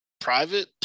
private